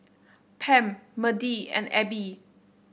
Pam Media and Abby